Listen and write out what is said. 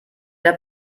der